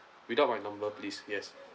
without my number please yes